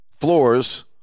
floors